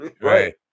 Right